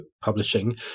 publishing